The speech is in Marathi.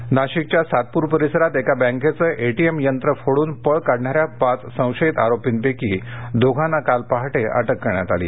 मीमे नाशिकच्या सातपूर परिसरात एका बँकेचं एटीएम यंत्र फोडून पळ काढणाऱ्या पाच संशयित आरोपींपैकी दोघांना काल पहाटे अटक करण्यात आली